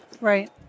Right